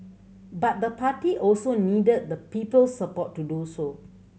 but the party also needed the people's support to do so